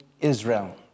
Israel